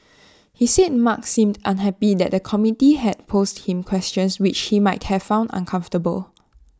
he said mark seemed unhappy that the committee had posed him questions which he might have found uncomfortable